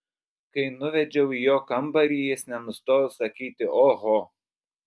kai nuvedžiau į jo kambarį jis nenustojo sakyti oho